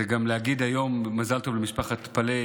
זה גם להגיד היום מזל טוב למשפחת פאלי